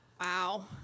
wow